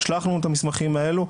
תשלח לנו את המסמכים האלה.